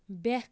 بیٛکھ